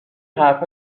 حرفا